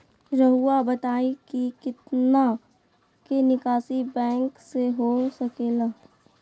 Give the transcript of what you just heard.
रहुआ बताइं कि कितना के निकासी बैंक से हो सके ला?